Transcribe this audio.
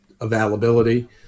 availability